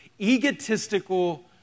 egotistical